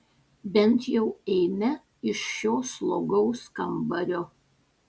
bent jau eime iš šio slogaus kambario